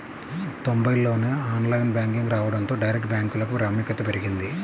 తొంబైల్లోనే online banking రావడంతో direct బ్యాంకులకు ప్రాముఖ్యత పెరిగింది